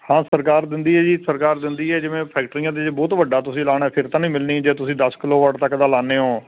ਹਾਂ ਸਰਕਾਰ ਦਿੰਦੀ ਹੈ ਜੀ ਸਰਕਾਰ ਦਿੰਦੀ ਹੈ ਜਿਵੇਂ ਫੈਕਟਰੀਆਂ 'ਤੇ ਜੇ ਬਹੁਤ ਵੱਡਾ ਤੁਸੀਂ ਲਾਉਣਾ ਹੈ ਫਿਰ ਤਾਂ ਨਹੀਂ ਮਿਲਣੀ ਜੇ ਤੁਸੀਂ ਦਸ ਕਿਲੋਵਾਟ ਤੱਕ ਦਾ ਲਾਉਂਦੇ ਹੋ